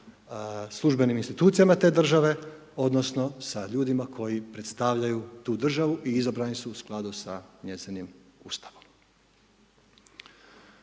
službenim institucijama te države odnosno sa ljudima koji predstavljaju tu državu i izabrani su u skladu sa njezinim Ustavom.